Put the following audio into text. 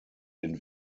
den